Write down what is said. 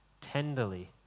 tenderly